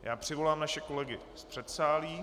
Já přivolám naše kolegy z předsálí.